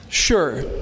Sure